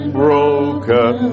broken